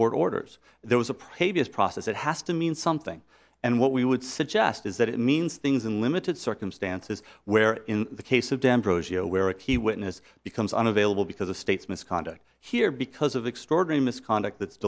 court orders there was a previous process that has to mean something and what we would suggest is that it means things in limited circumstances where in the case of d'ambrosio where a key witness becomes unavailable because the state's misconduct here because of extraordinary misconduct